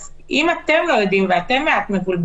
אז אם אתם לא יודעים ואתם מבולבלים,